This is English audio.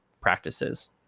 practices